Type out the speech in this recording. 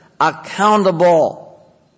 accountable